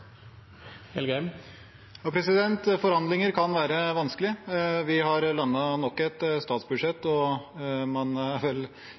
Forhandlinger kan være vanskelig. Vi har landet nok et